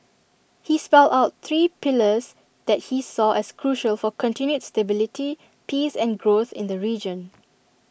he spelt out three pillars that he saw as crucial for continued stability peace and growth in the region